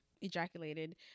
ejaculated